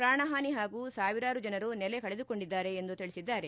ಪ್ರಾಣಹಾನಿ ಹಾಗೂ ಸಾವಿರಾರು ಜನರು ನೆಲೆ ಕಳೆದುಕೊಂಡಿದ್ದಾರೆ ಎಂದು ತಿಳಿಸಿದ್ದಾರೆ